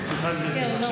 סליחה, גברתי, בבקשה.